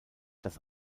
dass